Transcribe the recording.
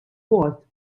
vot